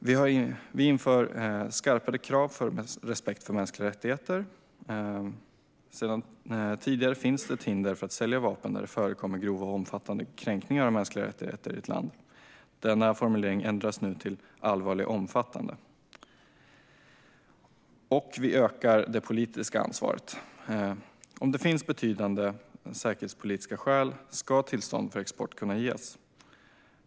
Vi inför skarpare krav på respekt för mänskliga rättigheter. Sedan tidigare finns det hinder för att sälja vapen när det förekommer grova och omfattande kränkningar av mänskliga rättigheter i ett land. Denna formulering ändras nu till allvarliga och omfattande. Vi ökar det politiska ansvaret. Om det finns betydande säkerhetspolitiska skäl ska tillstånd för export kunna ges.